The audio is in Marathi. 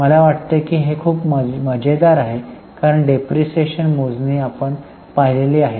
मला वाटते हे खूप मजेदार आहे कारण डिप्रीशीएशन मोजणी आपण पाहिलेली आहे